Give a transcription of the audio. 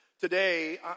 Today